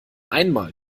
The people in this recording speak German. einmal